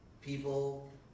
people